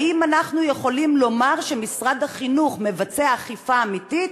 האם אנחנו יכולים לומר שמשרד החינוך מבצע אכיפה אמיתית?